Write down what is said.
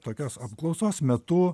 tokios apklausos metu